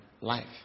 life